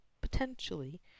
potentially